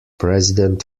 president